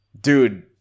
Dude